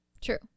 True